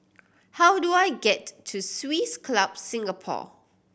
how do I get to Swiss Club Singapore